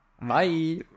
Bye